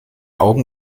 augen